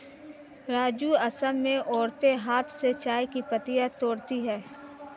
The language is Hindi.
राजू असम में औरतें हाथ से चाय की पत्तियां तोड़ती है